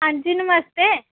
हां हां जा नमस्ते